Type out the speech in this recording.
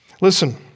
Listen